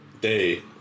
day